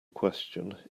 question